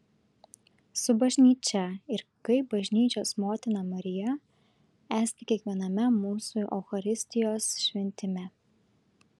su bažnyčia ir kaip bažnyčios motina marija esti kiekviename mūsų eucharistijos šventime